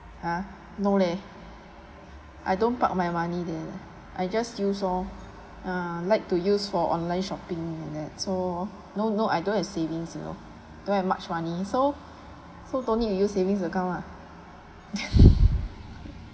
ha no leh I don't park my money there leh I just use loh I like to use for online shopping that so no no I don't savings you know don't have much money so so don't need you use savings account lah